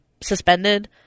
suspended